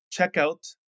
checkout